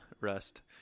Rust